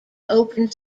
open